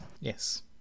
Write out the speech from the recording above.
Yes